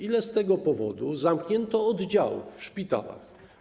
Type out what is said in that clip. Ile z tego powodu zamknięto oddziałów w szpitalach?